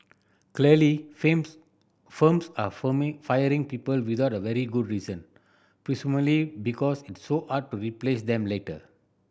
clearly firms are forming firing people without a very good reason presumably because it's so hard to replace them later